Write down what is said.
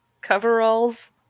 coveralls